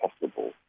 possible